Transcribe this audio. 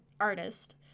artist